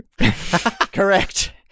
Correct